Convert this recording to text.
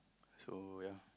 so ya